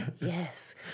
Yes